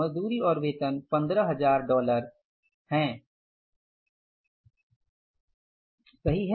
मजदूरी और वेतन 15000 डॉलर हैं ये मजदूरी और वेतन स्पष्ट रूप से दिए गए हैं हमने कहीं और से नहीं उठाया है